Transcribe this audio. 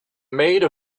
made